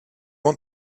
want